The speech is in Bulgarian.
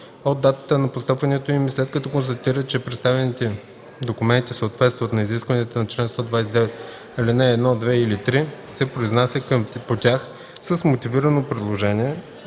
от датата на постъпването им и след като констатира, че представените документи съответстват на изискванията на чл. 129, ал. 1, 2 или 3, се произнася по тях с мотивирано предложение